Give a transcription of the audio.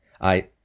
I—